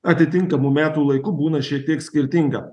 atitinkamų metų laiku būna šiek tiek skirtinga